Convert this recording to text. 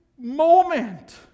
moment